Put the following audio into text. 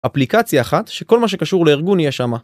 אפליקציה אחת שכל מה שקשור לארגון יהיה שם.